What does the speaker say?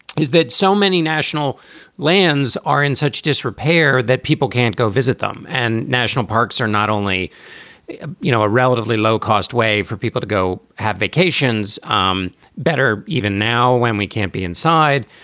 is that so many national lands are in such disrepair that people can't go visit them. and national parks are not only a ah you know ah relatively low cost way for people to go have vacations um better. even now when we can't be inside.